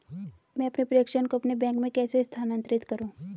मैं अपने प्रेषण को अपने बैंक में कैसे स्थानांतरित करूँ?